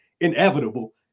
inevitable